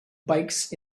bikes